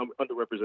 underrepresented